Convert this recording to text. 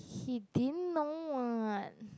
he didn't know [what]